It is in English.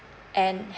and